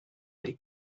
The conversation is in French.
les